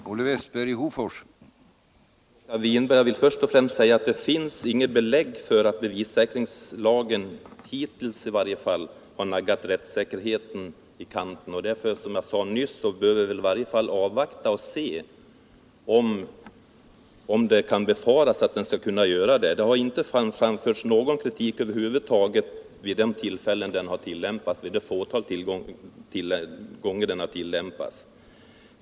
Herr talman! Jag vill först och främst säga till Håkan Winberg att det finns inget belägg för att bevissäkringslagen hittills i varje fall har naggat rättssäkerheten i kanten. Därför bör vi, som jag sade nyss, avvakta och se om det kan befaras att lagen skulle kunna verka på det sättet. Det har inte framförts någon kritik över huvud taget de få gånger då lagen tillämpats.